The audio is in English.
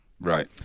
Right